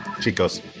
Chicos